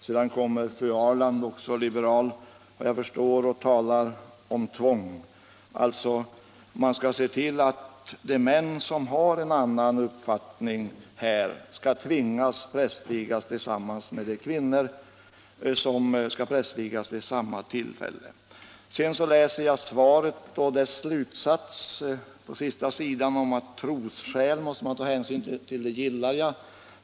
Sedan kom fru Ahrland, efter vad jag förstår också liberal, och talade också om tvång; man skulle se till att de män som har en annan uppfattning i denna fråga tvingades att prästvigas tillsammans med de kvinnor som skulle prästvigas vid samma tid. Men jag har också läst slutsatsen i slutet av kyrkoministerns svar, att man måsta ta hänsyn till trosskäl. Det gillar jag.